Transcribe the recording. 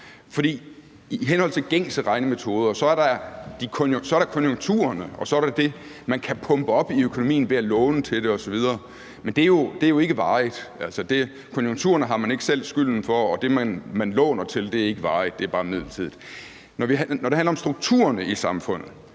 i henhold til gængse regnemetoder er der konjunkturerne, og så er der det, man kan pumpe op i økonomien ved at låne til det osv., men det er jo ikke varigt. Konjunkturerne har man ikke selv skylden for, og det, man låner til, er ikke varigt; det er bare midlertidigt. Når det handler om strukturerne i samfundet,